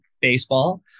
baseball